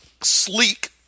sleek